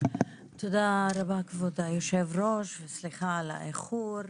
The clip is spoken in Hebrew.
תודה רבה כבוד היושב ראש וסליחה על האיחור,